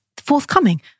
Forthcoming